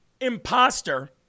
imposter